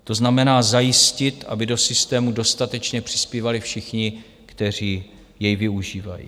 To znamená, zajistit, aby do systému dostatečně přispívali všichni, kteří jej využívají.